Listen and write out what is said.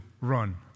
Run